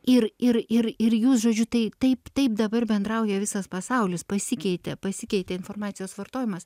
ir ir ir ir jūs žodžiu tai taip taip dabar bendrauja visas pasaulis pasikeitė pasikeitė informacijos vartojimas